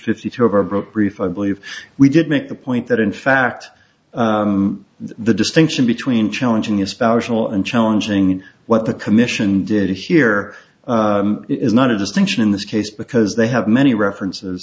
fifty two of our book brief i believe we did make the point that in fact the distinction between challenging a spousal and challenging what the commission did here is not a distinction in this case because they have many references